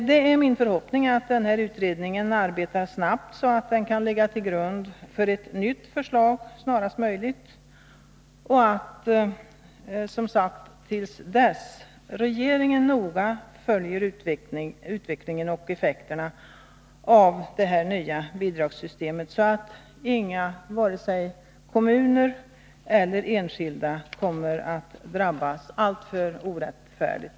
Det är min förhoppning att denna utredning arbetar snabbt, så att den kan ligga till grund för ett nytt förslag snarast möjligt och att — som sagt — regeringen till dess noga följer utvecklingen och effekterna av det nya bidragssystemet så att inga, vare sig kommuner eller enskilda, kommer att drabbas alltför orättfärdigt.